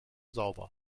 sauber